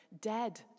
dead